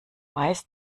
weiß